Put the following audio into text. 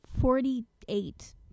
Forty-eight